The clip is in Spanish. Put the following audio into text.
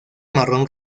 marrón